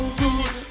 good